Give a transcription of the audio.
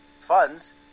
funds